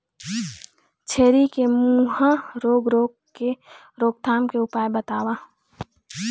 छेरी के मुहा रोग रोग के रोकथाम के उपाय बताव?